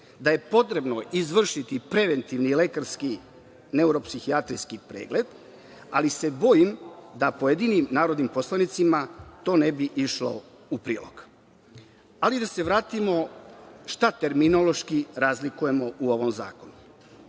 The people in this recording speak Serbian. da je potrebno izvršiti preventivni lekarski neuropsihijatrijski pregled, ali se bojim da pojedinim narodnim poslanicima to ne bi išlo u prilog. Ali, da se vratimo šta terminološki razlikujemo u ovom zakonu